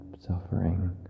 suffering